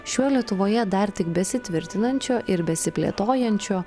šiuo lietuvoje dar tik besitvirtinančiu ir besiplėtojančio